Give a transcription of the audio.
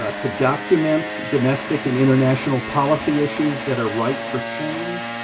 ah to document domestic and international policy issues that are right for change,